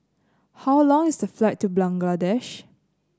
how long is the flight to Bangladesh